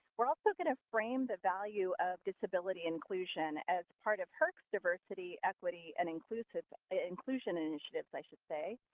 we're also going to frame the value of disability inclusion as part of herc's diversity, equity, and inclusive inclusion initiatives, i should say.